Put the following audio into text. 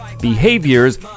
behaviors